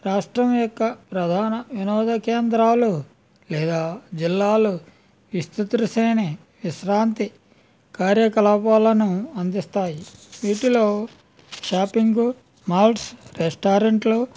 రాష్ట్రం యొక్క ప్రధాన వినోద కేంద్రాలు లేదా జిల్లాలు విస్తృత సైని విశ్రాంతి కార్యకలాపాలను అందిస్తాయి వీటిలో షాపింగ్ మాల్స్ రెస్టారెంట్లు